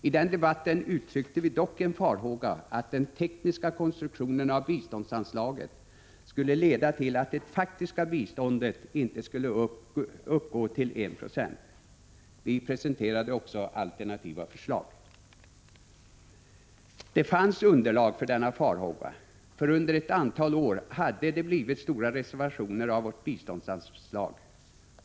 I den debatten uttryckte vi dock en farhåga att den tekniska konstruktionen av biståndsanslaget skulle leda till att det faktiska biståndet inte skulle nå upp till 1 96. Vi presenterade också alternativa förslag. Det fanns underlag för denna farhåga, för under ett antal år hade det blivit stora reservationer av vårt biståndsanslag.